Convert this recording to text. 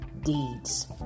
deeds